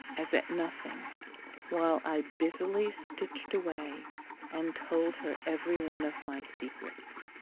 as at nothing while i busily stitched away and told her every one of my secrets.